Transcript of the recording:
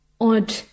odd